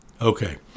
Okay